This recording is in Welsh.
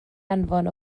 anfon